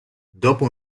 dopo